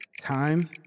Time